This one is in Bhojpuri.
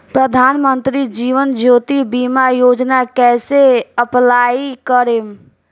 प्रधानमंत्री जीवन ज्योति बीमा योजना कैसे अप्लाई करेम?